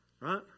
Right